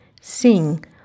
Sing